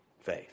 faith